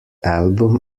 album